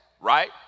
right